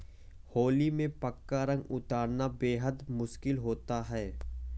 होली में पक्का रंग उतरना बेहद मुश्किल होता है